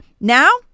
Now